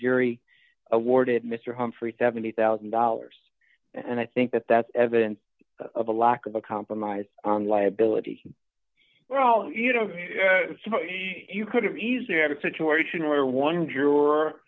jury awarded mr humphrey seventy thousand dollars and i think that that's evidence of a lack of a compromise liability well you know you could have easily have a situation where one juror